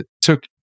took